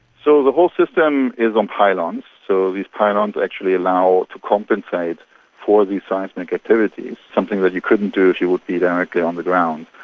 so the whole system is on pylons, so these pylons actually allow to compensate for these seismic activities, something that you couldn't do if you would be directly on the ground.